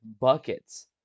buckets